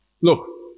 look